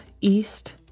east